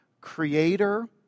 creator